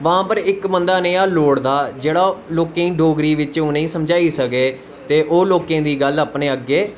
बहां पर इक बंदा लोड़दा जेह्ड़ा डोगरी बिच्च उनें लोकें गी समझाई सकै ते ओह् लोकें दी गल्ल अपने अग्गे